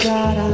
God